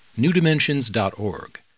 newdimensions.org